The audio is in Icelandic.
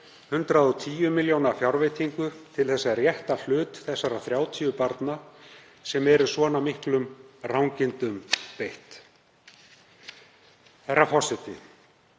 110 millj. kr. fjárveitingu til að rétta hlut þessara 30 barna sem eru svona miklum rangindum beitt. Herra forseti.